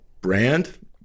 brand